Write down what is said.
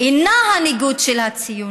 אינה הניגוד של הציונות,